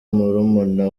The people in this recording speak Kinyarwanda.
murumuna